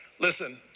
Listen